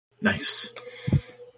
Nice